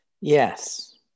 Yes